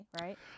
right